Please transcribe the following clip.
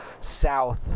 south